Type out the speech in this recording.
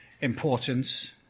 importance